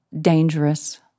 dangerous